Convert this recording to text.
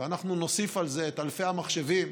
ואנחנו נוסיף על זה את אלפי המחשבים,